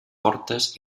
portes